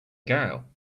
gale